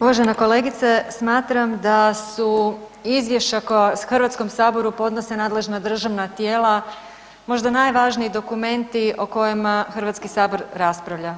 Uvažena kolegice, smatram da su izvješća koja u Hrvatskom saboru podnose nadležna državna tijela, možda najvažniji dokumenti o kojima Hrvatski sabor raspravlja.